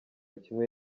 kimwe